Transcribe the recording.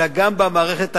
אלא גם במערכת העצמאית.